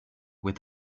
with